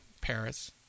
Paris